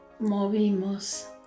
movimos